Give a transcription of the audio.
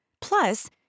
Plus